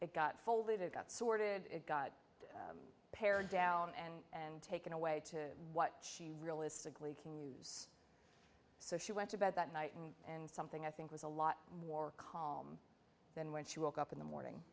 it got folded it got sorted it got pared down and taken away to what she realistically can use so she went to bed that night and and something i think was a lot more calm than when she woke up in the morning